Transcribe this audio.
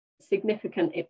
significant